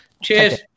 cheers